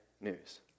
news